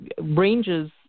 ranges